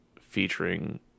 featuring